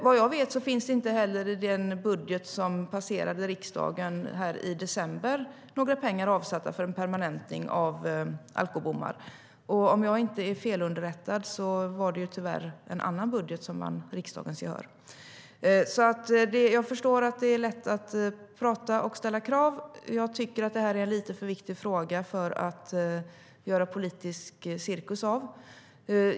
Vad jag vet finns inte heller i den budget som passerade riksdagen i december några pengar avsatta för permanentning av alkobommar. Och om jag inte är felunderrättad var det tyvärr en annan budget än regeringens som vann riksdagens gehör. Jag förstår att det är lätt att prata och ställa krav. Men jag tycker att det här är en lite för viktig fråga att göra politisk cirkus av.